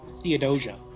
Theodosia